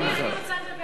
אני רוצה לדבר ולהסביר.